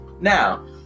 now